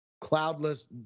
cloudless